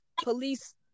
police